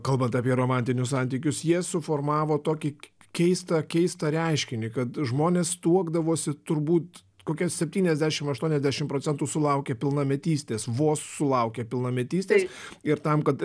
kalbant apie romantinius santykius jie suformavo tokį keistą keistą reiškinį kad žmonės tuokdavosi turbūt kokia septyniasdešim aštuoniasdešim procentų sulaukę pilnametystės vos sulaukę pilnametystės ir tam kad